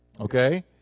Okay